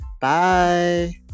Bye